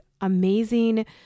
amazing